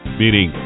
meaning